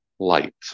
light